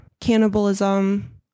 cannibalism